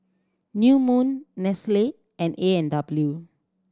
New Moon Nestle and A and W